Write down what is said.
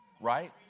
right